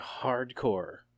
hardcore